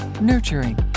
nurturing